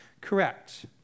correct